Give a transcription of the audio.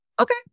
okay